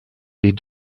les